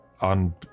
on